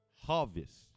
harvest